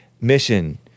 Mission